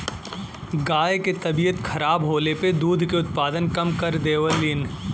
गाय के तबियत खराब होले पर दूध के उत्पादन कम कर देवलीन